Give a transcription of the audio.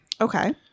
Okay